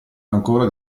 ancora